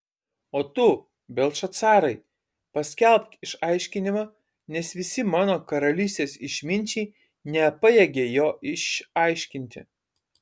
o tu beltšacarai paskelbk išaiškinimą nes visi mano karalystės išminčiai nepajėgia jo išaiškinti